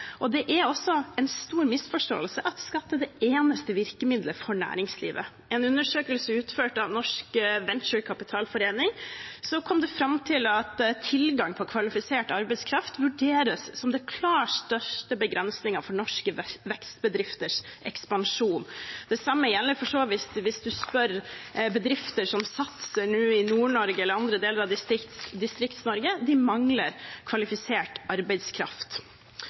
Det er også en stor misforståelse at skatt er det eneste virkemiddelet for næringslivet. I en undersøkelse utført av Norsk Venturekapitalforening kom det fram at tilgang på kvalifisert arbeidskraft vurderes som den klart største begrensningen for norske vekstbedrifters ekspansjon. Det samme gjelder for så vidt hvis en spør bedrifter som nå satser i Nord-Norge eller andre deler av Distrikts-Norge – de mangler kvalifisert arbeidskraft.